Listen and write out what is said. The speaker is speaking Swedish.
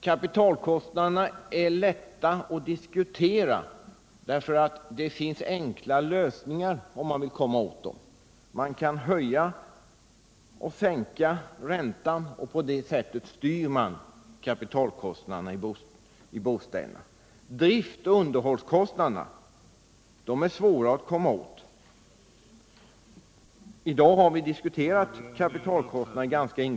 Det är lätt att diskutera kapitalkostnaderna därför att det finns enkla lösningar för den som vill komma åt dem: Man kan höja eller sänka räntan och på det sättet styra kapitalkostnaderna i bostäderna. Drift och underhållskostnaderna är svåra att komma åt. I dag har vi ganska ingående diskuterat kapitalkostnaderna. Bl.